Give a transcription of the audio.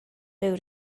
ryw